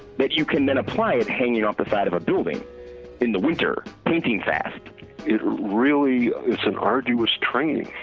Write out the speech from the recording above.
that you can then apply it hanging off the side of a building in the winter, painting fast it really is an arduous training,